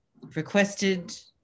requested